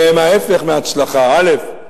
והם ההיפך מהצלחה: א.